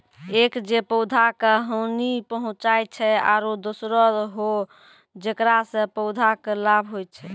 एक जे पौधा का हानि पहुँचाय छै आरो दोसरो हौ जेकरा सॅ पौधा कॅ लाभ होय छै